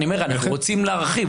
אני אומר שאנחנו רוצים להרחיב,